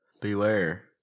Beware